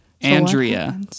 Andrea